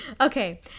Okay